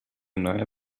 neuer